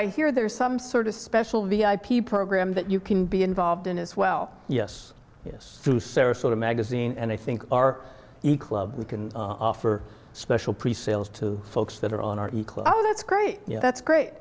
i hear there is some sort of special v i p program that you can be involved in as well yes through sarasota magazine and i think our we can offer special pre sales to folks that are on our club that's great that's great